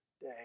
day